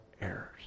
errors